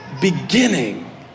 beginning